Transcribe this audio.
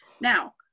Now